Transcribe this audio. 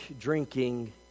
drinking